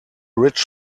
rich